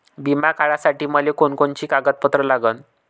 बिमा काढासाठी मले कोनची कोनची कागदपत्र लागन?